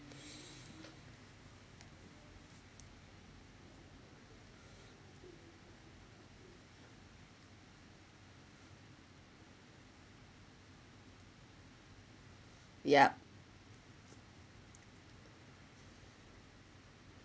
yup